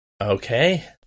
Okay